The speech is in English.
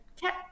cat